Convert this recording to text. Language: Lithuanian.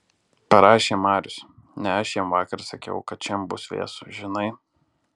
parašė marius ne aš jam vakar sakiau kad šian bus vėsu žinai